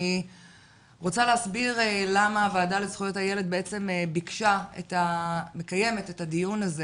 אני רוצה להסביר למה הוועדה לזכויות הילד מקיימת את הדיון הזה.